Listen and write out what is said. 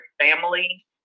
family